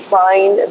find